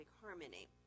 harmony